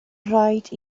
rhaid